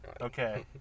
Okay